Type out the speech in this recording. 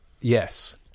Yes